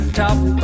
top